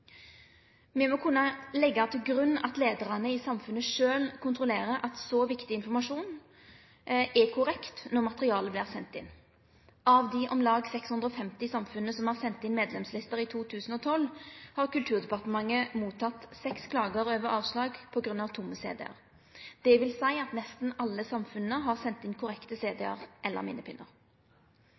Me må kunne leggje til grunn at leiarane i samfunna sjølv kontrollerer at så viktig informasjon som fødselsnummer m.m. er korrekt når materialet vert sendt inn. Av dei om lag 650 samfunna som har sendt inn medlemslister i 2012, har Kulturdepartementet motteke seks klagar over avslag på grunn av tomme CD-ar, dvs. at nesten alle samfunna har sendt inn korrekte CD-ar eller